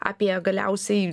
apie galiausiai